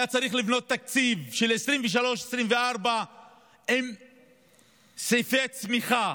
היה צריך לבנות תקציב של 2023 2024 עם סעיפי צמיחה